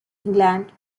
england